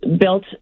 built